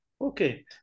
Okay